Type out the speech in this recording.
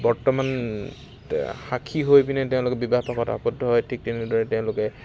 বৰ্তমান সাক্ষী হৈ পিনে তেওঁলোকে বিবাহ পাশত আৱদ্ধ হয় ঠিক তেনেদৰে তেওঁলোকে